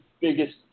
biggest